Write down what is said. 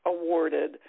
awarded